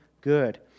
good